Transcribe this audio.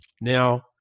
Now